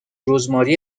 رزماری